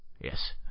Yes